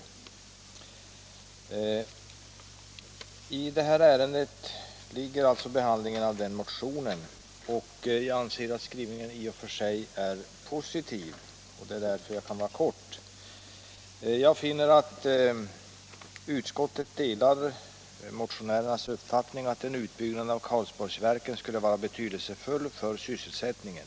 I näringsutskottets förevarande betänkande behandlas alltså bl.a. vår motion, och i och för sig anser jag att utskottets skrivning är positiv. Det är därför som jag nu kan fatta mig kort. Jag finner att utskottet delar motionärernas uppfattning att en utbyggnad av Karlsborgsverken skulle vara betydelsefull för sysselsättningen.